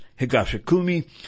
Higashikumi